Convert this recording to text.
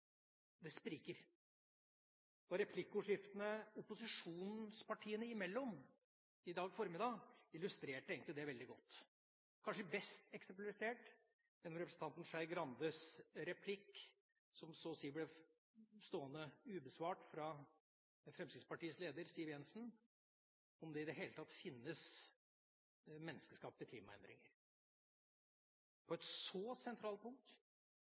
Det spriker. Replikkordskiftene opposisjonspartiene imellom i formiddag illustrerte egentlig det veldig godt. Kanskje best eksemplifisert ble det gjennom representanten Skei Grandes replikk, som så å si ble stående ubesvart fra Fremskrittspartiets leder, Siv Jensen, om det i det hele tatt finnes menneskeskapte klimaendringer. På et så sentralt punkt